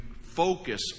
focus